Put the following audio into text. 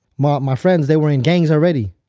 my my friends, they were in gangs already.